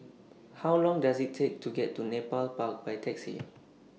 How Long Does IT Take to get to Nepal Park By Taxi